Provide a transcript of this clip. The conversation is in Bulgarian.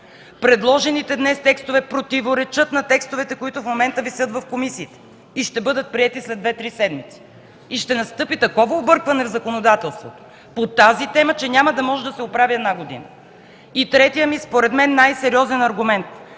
Предложените днес текстове противоречат на текстовете, които в момента висят в комисиите, ще бъдат приети след 2-3 седмици и ще настъпи такова объркване в законодателството по темата, че няма да може да се оправи една година. И третият ми според мен най-сериозен аргумент